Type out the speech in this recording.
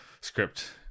script